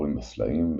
בחורים בסלעים,